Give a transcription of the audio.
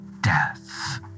death